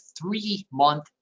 three-month